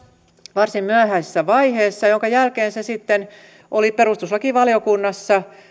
varsin myöhäisessä vaiheessa minkä jälkeen se sitten oli perustuslakivaliokunnassa